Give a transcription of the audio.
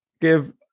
give